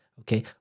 Okay